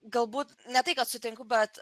galbūt ne tai kad sutinku bet